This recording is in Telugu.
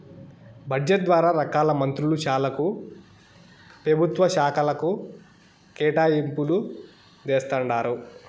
బడ్జెట్ ద్వారా రకాల మంత్రుల శాలకు, పెభుత్వ శాకలకు కేటాయింపులు జేస్తండారు